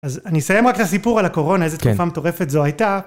אז אני אסיים רק את הסיפור על הקורונה, איזה תקופה מטורפת זו הייתה.